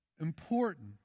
important